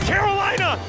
Carolina